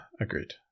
agreed